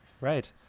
Right